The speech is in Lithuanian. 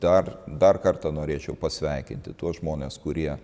dar dar kartą norėčiau pasveikinti tuos žmones kurie